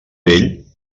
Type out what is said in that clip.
vell